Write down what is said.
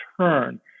turn